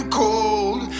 cold